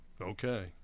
Okay